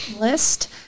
list